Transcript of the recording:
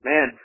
Man